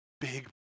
big